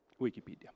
Wikipedia